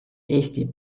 eesti